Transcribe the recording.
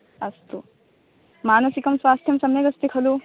अस्तु मानसिकं स्वास्थ्यं सम्यगस्ति खलु